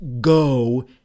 go